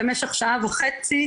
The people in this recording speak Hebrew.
במשך שעה וחצי,